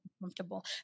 comfortable